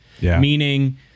Meaning